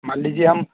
मान लीजिए हम